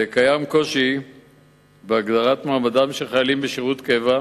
קיים קושי בהגדרת מעמדם של חיילים בשירות קבע,